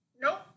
Nope